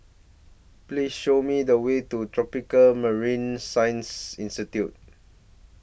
Please Show Me The Way to Tropical Marine Science Institute